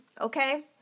okay